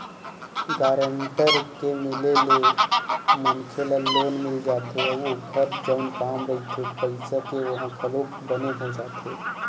guarantor के मिले ले मनखे ल लोन मिल जाथे अउ ओखर जउन काम रहिथे पइसा के ओहा घलोक बने हो जाथे